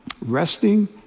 resting